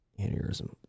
aneurysm